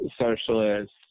socialist